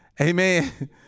Amen